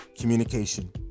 communication